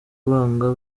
banga